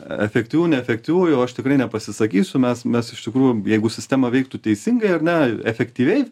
efektyvių neefektyvų jau aš tikrai nepasisakysiu mes mes iš tikrųjų jeigu sistema veiktų teisingai ar ne efektyviai